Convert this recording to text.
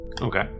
Okay